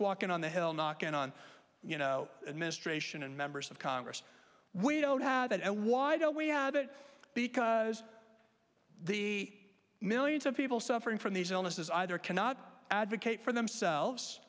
walking on the hill knocking on you know administration and members of congress we don't have that and why don't we have it because the millions of people suffering from these illnesses either cannot advocate for themselves